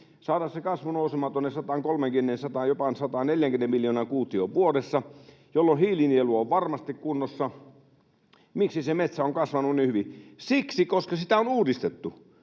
saada se kasvu nousemaan tuonne 130:een, jopa 140 miljoonaan kuutioon vuodessa, jolloin hiilinielu on varmasti kunnossa. Miksi se metsä on kasvanut niin hyvin? Siksi, koska sitä on uudistettu.